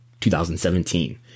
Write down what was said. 2017